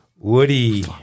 Woody